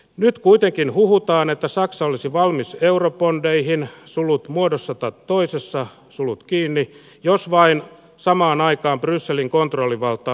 nyt kuitenkin huhutaan että saksa olisi valmis eurobondeihin solut muodossa tai toisessa sulut kiinni jos vain samaan aikaan brysselin kontrollivalta